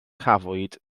cafwyd